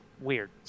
weird